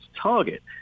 target